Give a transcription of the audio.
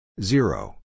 Zero